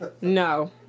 No